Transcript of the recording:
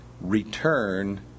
Return